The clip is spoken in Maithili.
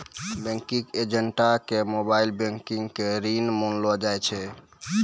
बैंकिंग एजेंटो के मोबाइल बैंकिंग के रीढ़ मानलो जाय छै